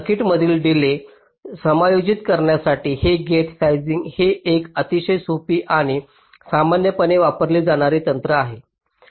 सर्किटमधील डिलेज समायोजित करण्यासाठी हे गेट साइझिंग हे एक अतिशय सोपी आणि सामान्यपणे वापरली जाणारी तंत्र आहे